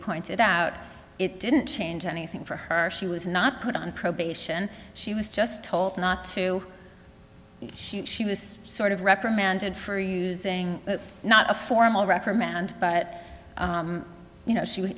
pointed out it didn't change anything for her she was not put on probation she was just told not to shoot she was sort of reprimanded for using not a formal reprimand but you know she was